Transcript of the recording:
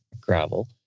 gravel